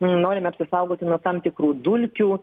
norime apsisaugoti nuo tam tikrų dulkių